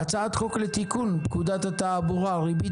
הצעת חוק לתיקון פקודת התעבורה (ריבית